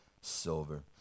silver